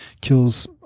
kills